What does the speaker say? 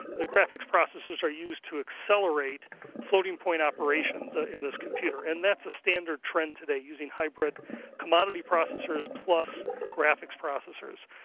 the graphics processes are used to accelerate floating point operations ah in this computer, and that's a standard trend today, using hybrid commodity processors plus graphics processors.